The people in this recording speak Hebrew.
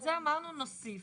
את זה אמרנו נוסיף.